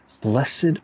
Blessed